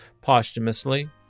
Posthumously